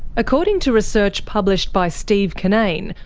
according to research published by steve kinnane,